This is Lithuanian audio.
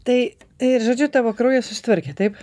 tai ir žodžiu tavo kraujas susitvarkė taip